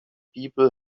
people